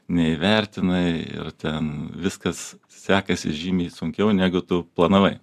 neįvertinai ir ten viskas sekasi žymiai sunkiau negu tu planavai